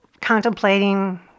contemplating